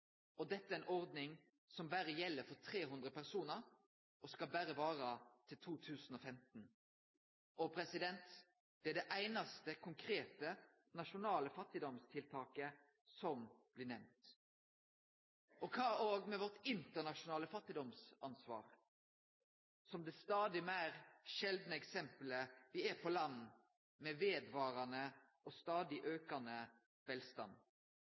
år. Dette er ei ordning som berre gjeld for 300 personar, og som berre skal vare til 2015. Det er det einaste konkrete nasjonale fattigdomstiltaket som blir nemnt. Kva med vårt internasjonale fattigdomsansvar – som det stadig sjeldnare eksempelet på land me er, med ein vedvarande og stadig aukande velstand?